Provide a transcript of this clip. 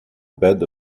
bed